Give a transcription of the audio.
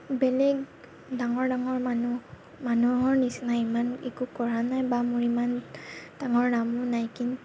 বেলেগ ডাঙৰ ডাঙৰ মানুহ মানুহৰ নিচিনা ইমান কৰা নাই বা মোৰ ইমান ডাঙৰ নামো নাই কিন্তু